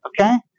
Okay